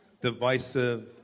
divisive